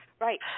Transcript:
Right